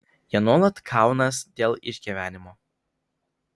jie nuolat kaunas dėl išgyvenimo